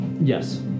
Yes